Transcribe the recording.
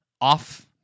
off